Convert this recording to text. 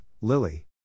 Lily